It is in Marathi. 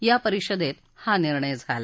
या परिषदेत हा निर्णय झाला